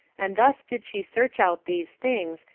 and thus did she search out these things,